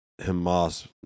Hamas